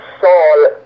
Saul